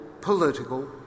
political